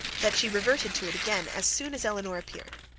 that she reverted to it again as soon as elinor appeared.